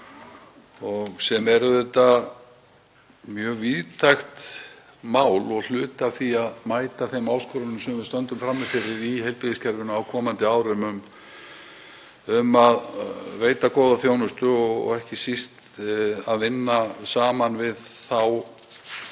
er auðvitað mjög víðtækt mál og hluti af því að mæta þeim áskorunum sem við stöndum frammi fyrir í heilbrigðiskerfinu á komandi árum um að veita góða þjónustu og ekki síst að vinna saman við